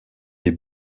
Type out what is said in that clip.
des